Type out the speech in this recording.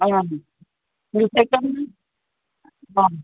অঁ